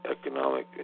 economic